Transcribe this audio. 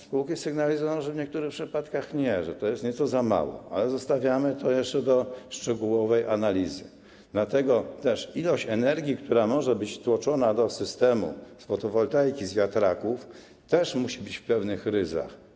Spółki sygnalizują, że w niektórych przypadkach nie, że to jest nieco za mało, ale zostawiamy to jeszcze do szczegółowej analizy, dlatego też ilość energii, która może być tłoczona do systemu z fotowoltaiki, z wiatraków, też musi być trzymane w pewnych ryzach.